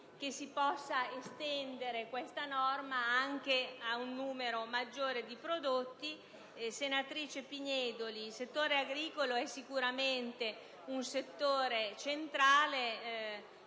tutti poter estendere questa norma ad un numero maggiore di prodotti. Senatrice Pignedoli, il settore agricolo è sicuramente centrale.